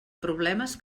problemes